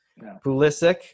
Pulisic